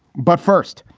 but first,